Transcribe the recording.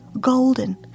golden